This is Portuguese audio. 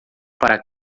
para